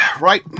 Right